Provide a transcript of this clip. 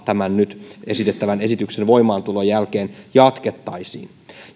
tämän nyt esitettävän esityksen voimaantulon jälkeen jatkettaisiin